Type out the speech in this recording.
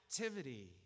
activity